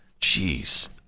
Jeez